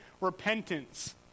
repentance